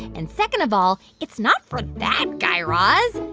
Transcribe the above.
and second of all, it's not for that, guy raz.